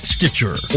Stitcher